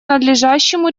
надлежащему